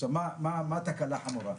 עכשיו, מה התקלה החמורה?